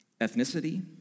ethnicity